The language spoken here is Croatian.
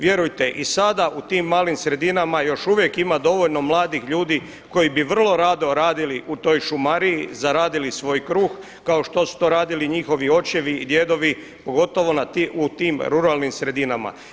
Vjerujte i sada u tim malim sredinama još uvijek ima dovoljno mladih ljudi koji bi vrlo rado radili u toj šumariji, zaradili svoj kruh kao što su to radili njihovi očevi i djedovi, pogotovo u tim ruralnim sredinama.